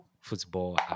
football